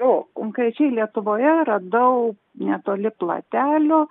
o konkrečiai lietuvoje radau netoli platelių